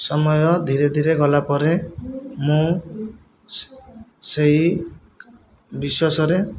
ସମୟ ଧୀରେ ଧୀରେ ଗଲା ପରେ ମୁଁ ସେଇ ବିଶ୍ଵାସରେ